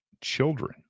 children